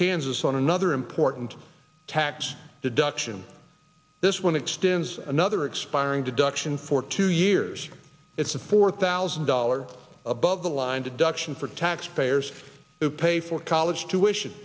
kansas on another important tax deduction this one extends another expiring to duction for two years it's a four thousand dollars above the line to duction for taxpayers to pay for college tuition